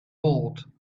board